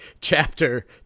chapter